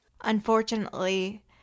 Unfortunately